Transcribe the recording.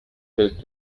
welt